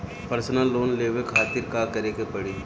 Personal loan लेवे खातिर का करे के पड़ी?